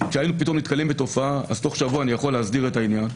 ככה שאם אני נתקל בתופעה אני יכול תוך שבוע להסדיר את העניין,